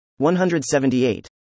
178